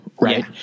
right